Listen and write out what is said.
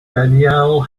danielle